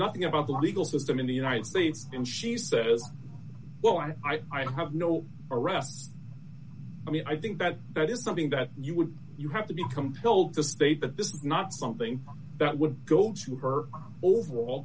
nothing about the legal system in the united states and she says well i know i have no arrests i mean i think that that is something that you would you have to be compelled to state that this is not something that would go to her overall